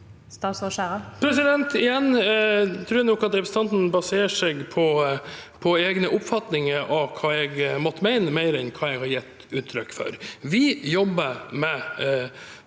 tror jeg nok at representanten baserer seg på egne oppfatninger av hva jeg måtte mene, mer enn hva jeg har gitt uttrykk for. Vi jobber med